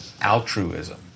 altruism